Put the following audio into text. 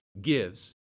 gives